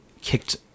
kicked